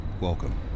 Welcome